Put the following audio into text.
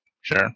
sure